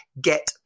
get